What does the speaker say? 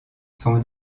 sont